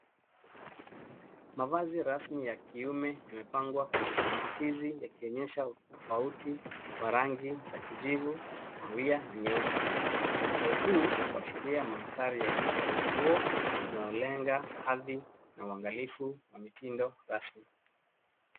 Mavazi rasmi ya kiume imepangwa kwenye vibantizi yakionyesha tofauti wa rangi za kijivu kahawia na nyeusi. Mpangilio huu usharia mandhari ya duka la nguo linalo lenga hadhi na uangalifu wa mitindo rasmi.